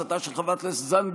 הצעתה של חברת הכנסת זנדברג,